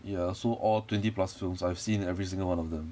ya so all twenty plus films I've seen every single one of them